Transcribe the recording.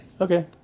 Okay